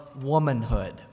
womanhood